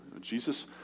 Jesus